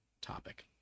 topic